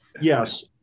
Yes